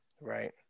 Right